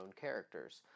characters